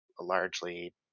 largely